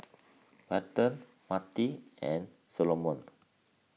Welton Matie and Solomon